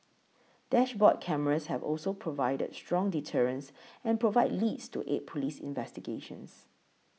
dashboard cameras have also provided strong deterrence and provided leads to aid police investigations